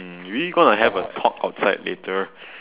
mm we gonna have a talk outside later